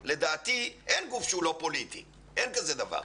לדעתי אין גוף שהוא לא פוליטי, אין כזה דבר,